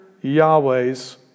Yahweh's